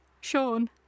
Sean